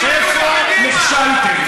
איפה נכשלתם.